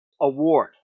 award